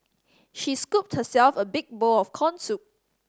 she scooped herself a big bowl of corn soup